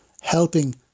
helping